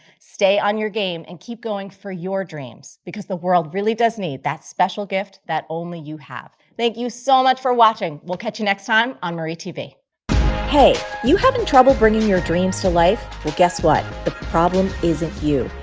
stay on your game and keep going for your dreams, because the world really does need that special gift that only you have. thank you so much for watching. we'll catch you next time on marietv. hey, you having trouble bringing your dreams to life? well, guess what the problem isn't you.